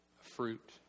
Fruit